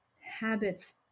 habits